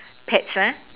pets